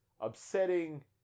upsetting